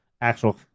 actual